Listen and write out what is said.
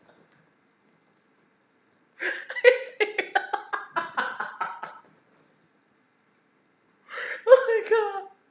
oh my god